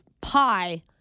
pie